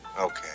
Okay